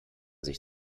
sich